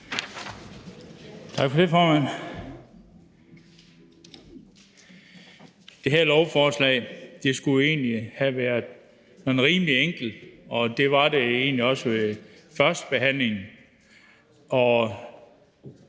Tak for det, formand. Det her lovforslag skulle egentlig have været rimelig enkelt, og det var det også ved førstebehandlingen